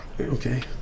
Okay